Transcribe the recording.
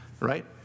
Right